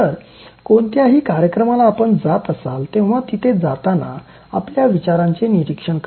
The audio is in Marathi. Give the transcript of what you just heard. तर कोणत्याही कार्यक्रमाला आपण जात असाल तेव्हा तिथे जाताना आपल्या विचारांचे निरीक्षण करा